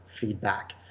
Feedback